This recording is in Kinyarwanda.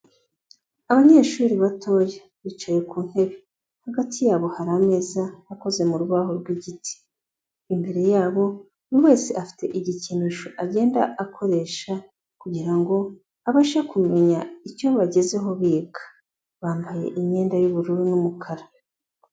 Abanyeshuri batoya bicaye ku ntebe, hagati yabo hari ameza akoze mu rubaho rw'igiti. Imbere yabo buri wese afite igikinisho agenda akoresha kugira ngo abashe kumenya icyo bagezeho biga, bambaye imyenda y'ubururu n'umukara.